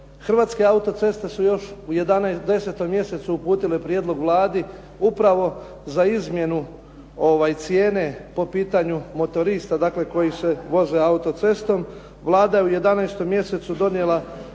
Hrvatske auto-ceste su još u 10. mjesecu uputile prijedlog Vladi upravo za izmjenu cijene po pitanju motorista dakle koji se voze auto-cestom. Vlada je u 11. mjesecu donijela